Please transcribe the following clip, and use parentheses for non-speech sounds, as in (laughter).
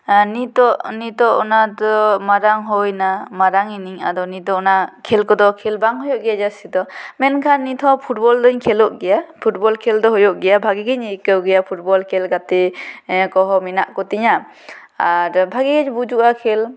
ᱱᱤᱛᱳᱜ ᱱᱤᱛᱳᱜ ᱚᱱᱟ ᱫᱚ ᱢᱟᱨᱟᱝ ᱦᱩᱭᱮᱱᱟ ᱢᱟᱨᱟᱝ ᱮᱱᱟᱹᱧ ᱟᱫᱚ ᱱᱤᱛ ᱫᱚ ᱚᱱᱟ ᱠᱷᱮᱞ ᱠᱚᱫᱚ ᱠᱷᱮᱞ ᱵᱟᱝ ᱦᱩᱭᱩᱜ ᱜᱮᱭᱟ ᱡᱟ ᱥᱛᱤ ᱫᱚ ᱢᱮᱱᱠᱷᱟᱱ ᱱᱤᱛ ᱦᱚᱸ ᱯᱷᱩᱴᱵᱚᱞ ᱫᱩᱧ ᱠᱷᱮᱞᱳᱜ ᱜᱮᱭᱟ ᱯᱷᱩᱴᱵᱚᱞ ᱠᱷᱮᱞ ᱫᱚ ᱦᱩᱭᱩᱜ ᱜᱮᱭᱟ ᱵᱷᱟ ᱜᱮ ᱜᱮᱧ ᱟᱹᱭᱠᱟᱹᱣ ᱜᱮᱭᱟ ᱯᱷᱩᱴᱵᱚᱞ ᱠᱷᱮᱞ ᱠᱟᱛᱮ ᱠᱚᱦᱚᱸ (unintelligible) ᱢᱮᱱᱟᱜ ᱠᱚᱛᱤᱧᱟᱹ ᱟᱨ ᱵᱷᱟᱹᱜᱮ ᱜᱮ ᱵᱩᱡᱩᱜᱼᱟ ᱠᱷᱮᱞ